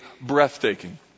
breathtaking